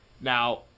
Now